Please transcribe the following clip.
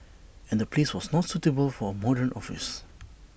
and the place was not suitable for A modern office